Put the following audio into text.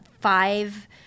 five